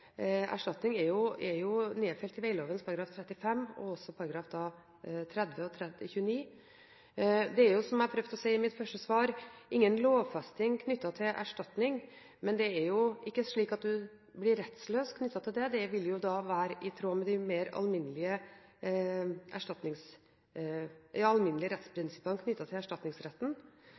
erstatning nedfelt i vegloven § 35 og også i §§ 30 og 29. Det er jo, som jeg prøvde å si i mitt første svar, ingen lovfesting knyttet til erstatning, men det er jo ikke slik at en her blir rettsløs – dette vil være i tråd med de mer alminnelige rettsprinsippene knyttet til erstatningsretten. Det betyr at det kan foreligge et ansvarsgrunnlag i erstatningssaker. Det vil også være mulighet til